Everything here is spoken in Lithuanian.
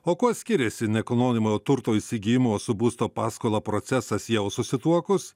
o kuo skiriasi nekilnojamojo turto įsigijimo su būsto paskola procesas jau susituokus